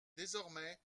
désormais